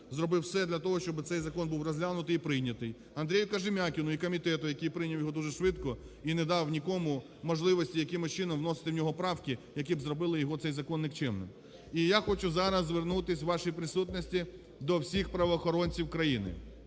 зробив все для того, щоб цей закон був розглянутий і прийнятий, Андрію Кожем'якіну і комітету, який прийняв його дуже швидко і не дав нікому можливості якимось чином вносити в нього правки, які б зробили його цей закон нікчемним. І я хочу зараз звернутися у вашій присутності до всіх правоохоронців країни.